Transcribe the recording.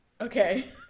Okay